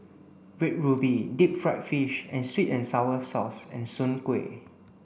red ruby deep fried fish and sweet and sour sauce and Soon Kuih